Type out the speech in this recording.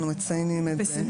אנחנו מציינים את זה.